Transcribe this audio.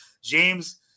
James